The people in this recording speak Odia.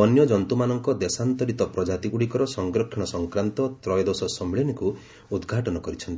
ବନ୍ୟଜନ୍ତୁମାନଙ୍କ ଦେଶାନ୍ତରିତ ପ୍ରଜାତିଗୁଡ଼ିକର ସଂରକ୍ଷଣ ସଂକ୍ରାନ୍ତ ତ୍ରୟୋଦଶ ସମ୍ମିଳନୀକୁ ଉଦଘାଟନ କରିଛନ୍ତି